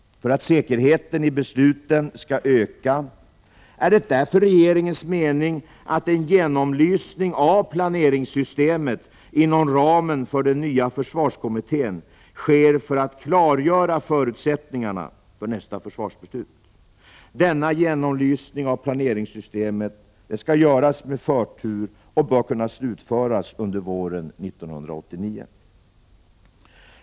För att säkerheten i besluten skall öka är det därför regeringens mening att en genomlysning av planeringssystemet, inom ramen för den nya försvarskommittén, sker för att klargöra förutsättningarna för nästa försvarsbeslut. Denna genomlysning av planeringssystemet skall göras med förtur och bör kunna slutföras under våren 1989.